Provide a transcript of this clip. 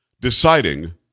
deciding